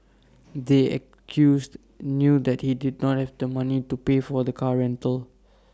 the accused knew that he did not have the money to pay for the car rental